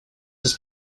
this